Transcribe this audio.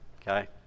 Okay